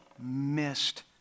missed